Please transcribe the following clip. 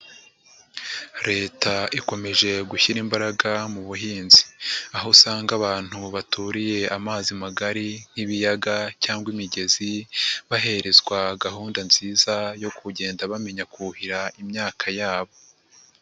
Leta ikomeje gushyira imbaraga mu buhinzi, aho usanga abantu baturiye amazi magari nk'ibiyaga cyangwa imigezi, baherezwa gahunda nziza yo kugenda bamenya kuhira imyaka yabo.